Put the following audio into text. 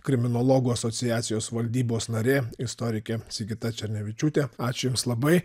kriminologų asociacijos valdybos narė istorikė sigita černevičiūtė ačiū jums labai